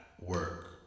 work